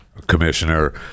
commissioner